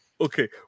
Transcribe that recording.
okay